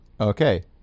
Okay